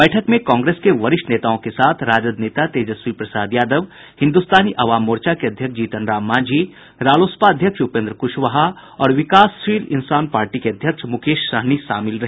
बैठक में कांग्रेस के वरिष्ठ नेताओं के साथ राजद नेता तेजस्वी प्रसाद यादव हिन्दुस्तानी अवाम मोर्चा के अध्यक्ष जीतन राम मांझी रालोसपा अध्यक्ष उपेंद्र कुशवाहा और विकासशील इंसान पार्टी के अध्यक्ष मुकेश सहनी शामिल रहे